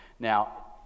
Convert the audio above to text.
Now